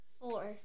Four